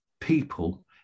people